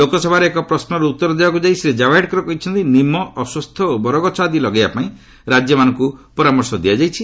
ଲୋକସଭାରେ ଏକ ପ୍ରଶ୍ୱର ଉତ୍ତର ଦେବାକୁ ଯାଇ ଶ୍ରୀ ଜାବଡେକର କହିଛନ୍ତି ନିମ ଅଶ୍ୱତ୍ଥ ଓ ବରଗଛ ଆଦି ଲଗାଇବାପାଇଁ ରାଜ୍ୟମାନଙ୍କୁ ପରାମର୍ଶ ଦିଆଯାଇଛି